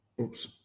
Oops